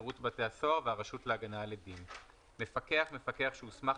שירות בתי הסוהר והרשות להגנה על עדים.ץ "מפקח" מפקח שהוסמך